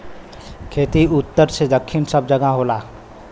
खेती उत्तर से दक्खिन सब जगह होला